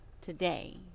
today